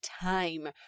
time